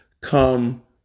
come